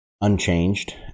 unchanged